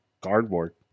Cardboard